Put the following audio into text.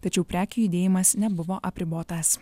tačiau prekių judėjimas nebuvo apribotas